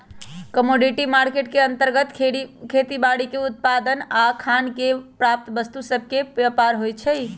commodity market के अंतर्गत खेती बाड़ीके उत्पाद आऽ खान से प्राप्त वस्तु सभके व्यापार होइ छइ